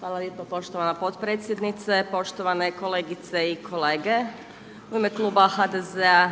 Hvala lijepo. Poštovana potpredsjednice, poštovane kolegice i kolege. U ime kluba HDZ-a